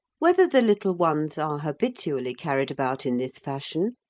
whether the little ones are habitually carried about in this fashion,